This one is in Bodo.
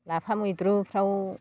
लाफा मैद्रुफ्राव